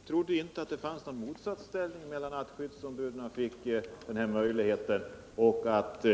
Herr talman! Jag trodde inte att det fanns någon motsättning mellan att skyddsombuden fick de här möjligheterna och att